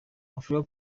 africa